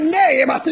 name